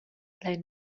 lein